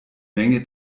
menge